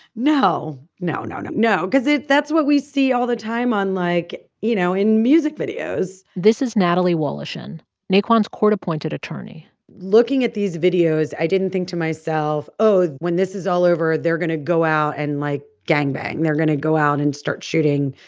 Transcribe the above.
no, no, no, no, no, cause that's what we see all the time on, like you know, in music videos this is natalie woloshin, naquan's court-appointed attorney looking at these videos, i didn't think to myself, oh, when this is all over, they're going to go out and, like, gangbang. they're going to go out and start shooting.